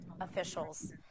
officials